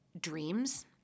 dreams